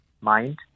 mind